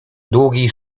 długi